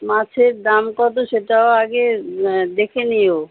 মাছের দাম কত সেটাও আগে দেখে নিও